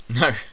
no